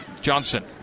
Johnson